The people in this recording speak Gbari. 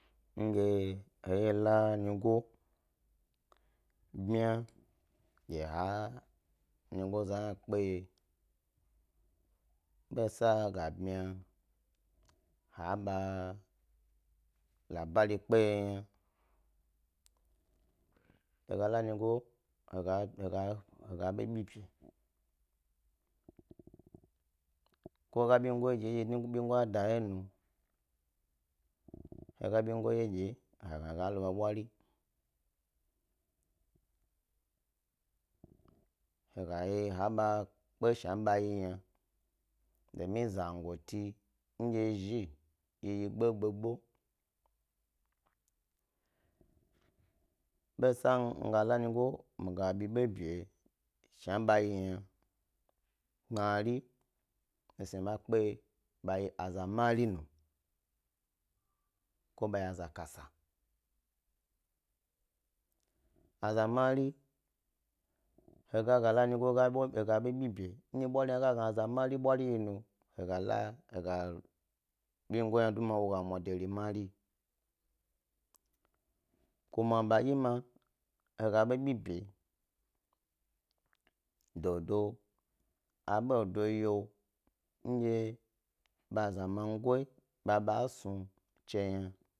Ndye heye he la nyigo, bmaya dye ha nyigo za hna kpeye, be saga bmaya yna he ba labara kpeye yna, he ga la nyigo he ga hega ebo bibe, ko he ga benyigo dye wye dye woɓa dahe wyenu, he ga be nyigo dye dye wye nu he ga gna he ga lo ba bwari, he ga yi e kpe shna ɓa yi yna domin zango tin dye zhi ye yi gbagba be sa mi gala nyigo mi ga bibebiyi shna ɓa yi yna. Gbnari, mi snu ma kpeye be yi a zamarin, ko be yi azakasa azamari he ga gala nyigo he ga ebebi beyi, ndye bwari hna a ga gna dye a zamari bwari yi nu he gala benyigo hna wo ga mwa de eri mari, ko ma bedye ma, he ga ebebi beyi, dodo abodo ye ndye ɓa a zamago ba ɓa snu chni yna.